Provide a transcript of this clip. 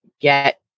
get